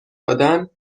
دادن